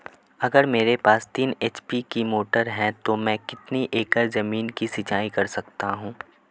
अगर मेरे पास तीन एच.पी की मोटर है तो मैं कितने एकड़ ज़मीन की सिंचाई कर सकता हूँ?